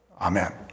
Amen